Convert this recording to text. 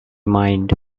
mind